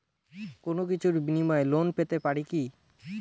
কোনো কিছুর বিনিময়ে লোন পেতে পারি কি?